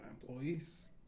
employees